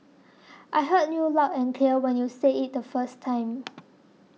I heard you loud and clear when you said it the first time